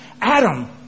Adam